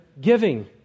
giving